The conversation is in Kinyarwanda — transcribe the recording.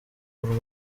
rw’u